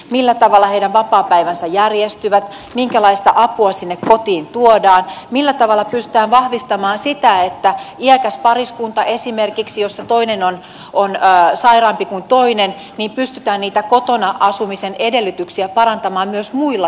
millä tavalla heidän vapaapäivänsä järjestyvät minkälaista apua sinne kotiin tuodaan millä tavalla pystytään vahvistamaan ja parantamaan esimerkiksi iäkkään pariskunnan jossa toinen on sairaampi kuin toinen kotona asumisen edellytyksiä myös muilla tavoilla